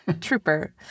trooper